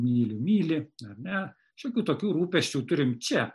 myliu myli ar ne šiokių tokių rūpesčių turime čia